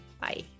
Bye